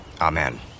amen